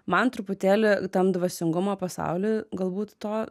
man truputėlį tam dvasingumo pasauly galbūt to